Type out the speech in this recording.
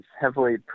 heavily